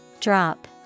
Drop